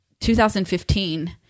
2015